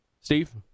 Steve